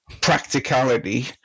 practicality